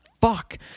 fuck